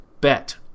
bet